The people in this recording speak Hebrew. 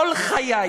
כל חיי